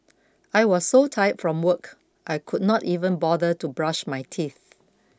I was so tired from work I could not even bother to brush my teeth